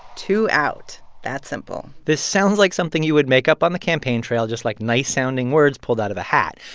two out that simple this sounds like something you would make up on the campaign trail just, like, nice-sounding words pulled out of a hat.